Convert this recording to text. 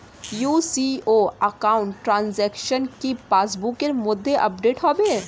UCO account transaction কি পাস বুকের মধ্যে আপডেট হবে?